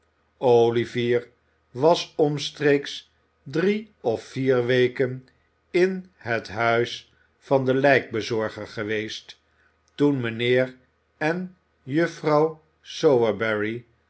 olivier was omstreeks drie of vier weken in het huis van den lijkbezorger geweest toen mijnheer en juffrouw